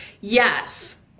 Yes